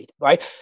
right